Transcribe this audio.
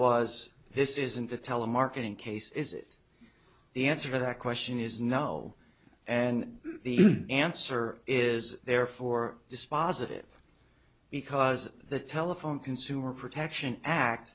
was this isn't a telemarketing case is it the answer to that question is no an answer is therefore dispositive because the telephone consumer protection act